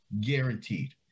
Guaranteed